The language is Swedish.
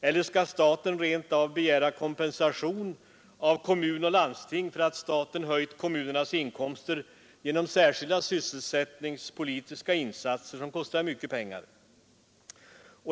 Eller skall staten kanske begära kompensation av kommuner och landsting för att staten höjt kommunernas inkomster genom särskilda sysselsättningspolitiska insatser, som kostar mycket pengar?